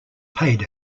paid